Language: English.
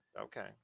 Okay